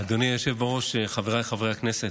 אדוני היושב בראש, חבריי חברי הכנסת,